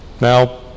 Now